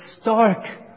stark